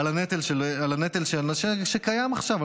על הנטל שקיים עכשיו,